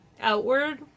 outward